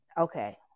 okay